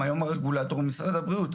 היום הרגולטור הוא משרד הבריאות,